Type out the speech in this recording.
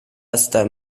hasta